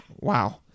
wow